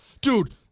Dude